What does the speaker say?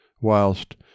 Whilst